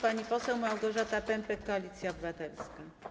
Pani poseł Małgorzata Pępek, Koalicja Obywatelska.